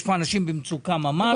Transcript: יש פה אנשים במצוקה ממש.